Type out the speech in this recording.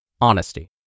honesty